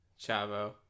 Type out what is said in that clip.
Chavo